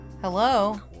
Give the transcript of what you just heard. hello